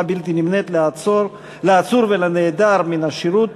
בלתי נמנית לעצור ולנעדר מן השירות